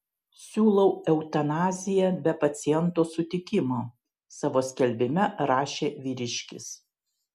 siūlau eutanaziją be paciento sutikimo savo skelbime rašė vyriškis